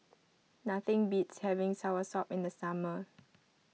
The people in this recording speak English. nothing beats having Soursop in the summer